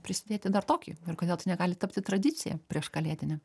prisidėti dar tokį ir kodėl tai negali tapti tradicija prieškalėdine